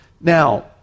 Now